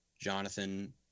Jonathan